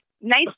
Nice